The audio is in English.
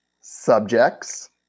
subjects